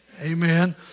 Amen